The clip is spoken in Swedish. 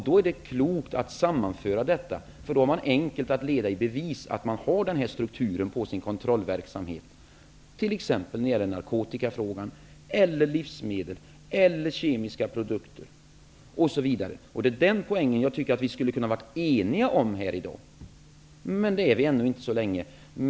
Det är då klokt att sammanföra detta, eftersom det då blir enkelt att leda i bevis att man har denna struktur på sin kontrollverksamhet när det gäller exempelvis narkotikafrågan, livsmedel eller kemiska produkter. Det är denna poäng som jag tycker att vi borde ha kunnat vara eniga om i dag, men det är vi inte än så länge.